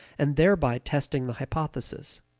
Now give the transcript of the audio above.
and thereby testing the hypothesis.